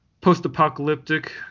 post-apocalyptic